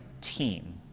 team